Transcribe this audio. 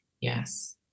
Yes